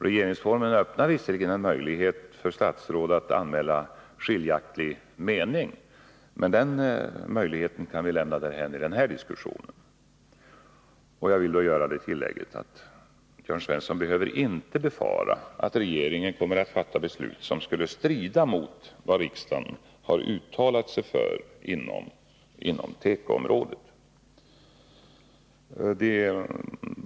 Regeringsformen öppnar visserligen en möjlighet för statsråd att anmäla skiljaktig mening, men den möjligheten kan vi lämna därhän i den här diskussionen. Jag vill göra det tillägget att Jörn Svensson inte behöver befara att regeringen kommer att fatta beslut som skulle strida mot vad riksdagen har uttalat sig för inom tekoområdet.